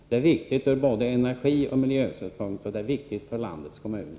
Det är viktigt ur både energioch miljösynpunkt, och det är viktigt för landets kommuner.